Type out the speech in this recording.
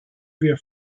wir